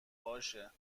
باشه